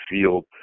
field